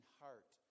heart